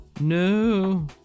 No